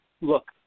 look